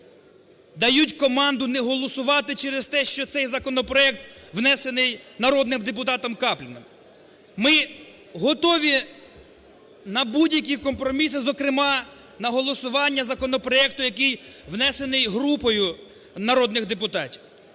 дають команду не голосувати через те, що цей законопроект внесений народним депутатом Капліним. Ми готові на будь-які компроміси, зокрема на голосування законопроекту, який внесений групою народних депутатів